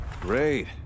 Great